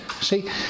See